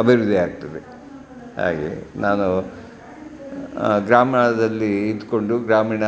ಅಭಿವೃದ್ಧಿಯಾಗ್ತದೆ ಹಾಗೆ ನಾನು ಗ್ರಾಮೀಣದಲ್ಲಿ ಇದ್ಕೊಂಡು ಗ್ರಾಮೀಣ